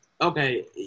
Okay